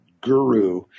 guru